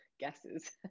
guesses